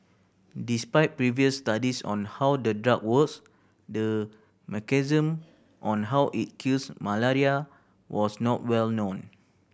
despite previous studies on how the drug works the mechanism on how it kills malaria was not well known